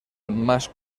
más